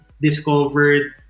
discovered